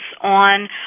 on